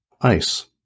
ice